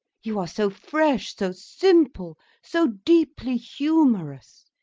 you are so fresh, so simple, so deeply humourous.